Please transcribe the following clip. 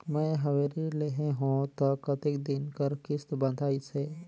मैं हवे ऋण लेहे हों त कतेक दिन कर किस्त बंधाइस हे?